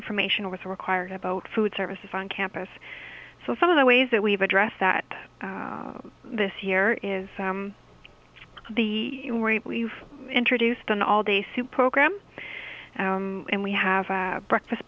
information was required about food services on campus so some of the ways that we've addressed that this year is the rate we've introduced an all day soup program and we have a breakfast